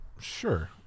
sure